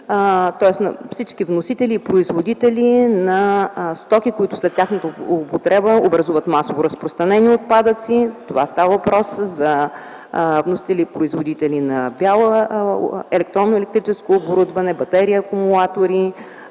на всички вносители и производители на стоки, които след тяхната употреба образуват масово разпространени отпадъци. Става въпрос за вносители и производители на бяла техника, електронно и електрическо оборудване, батерии и акумулатори,